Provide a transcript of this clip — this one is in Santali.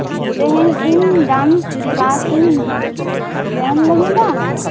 ᱛᱮᱦᱮᱧ ᱤᱧ ᱫᱚ ᱠᱞᱟᱥᱤᱧ ᱡᱚᱭᱮᱱ ᱞᱟᱹᱜᱤᱫ ᱫᱚ